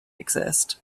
exist